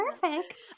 perfect